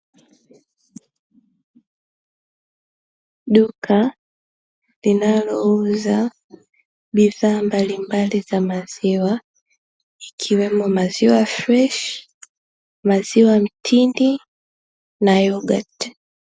Duka linalouza bidhaa mbalimbali za maziwa ikiwemo maziwa freshi, maziwa mtindi na yogati.